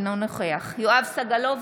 אינו נוכח יואב סגלוביץ'